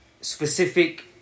specific